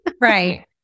Right